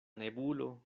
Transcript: nebulo